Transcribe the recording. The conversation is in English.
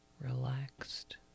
Relaxed